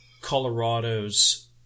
Colorado's